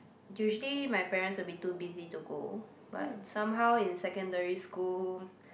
usually my parents will be too busy to go but somehow in secondary school